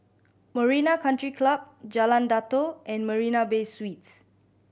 Marina Country Club Jalan Datoh and Marina Bay Suites